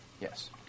Yes